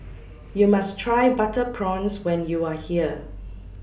YOU must Try Butter Prawns when YOU Are here